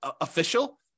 official